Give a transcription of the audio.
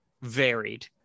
varied